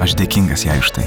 aš dėkingas jai už tai